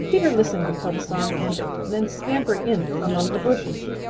peter listened until the song ended, then scampered in among the bushes.